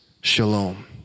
Shalom